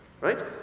Right